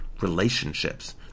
relationships